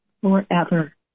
forever